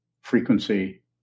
frequency